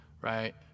right